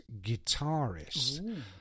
guitarist